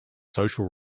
social